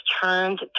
turned